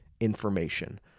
information